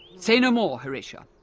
say no more, horatia,